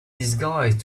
disguised